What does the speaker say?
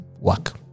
work